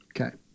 Okay